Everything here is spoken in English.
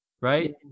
Right